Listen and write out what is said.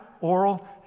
oral